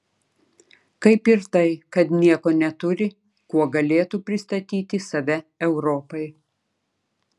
kaip ir tai kad nieko neturi kuo galėtų pristatyti save europai